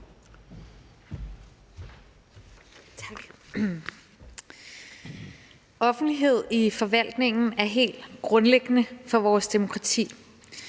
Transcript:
Offentlighed i forvaltningen er helt grundlæggende for vores demokrati,